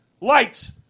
lights